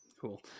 Cool